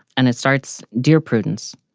and it starts, dear prudence.